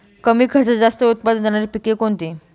कमी खर्चात जास्त उत्पाद देणारी पिके कोणती?